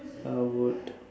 I would